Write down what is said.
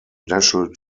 national